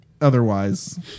otherwise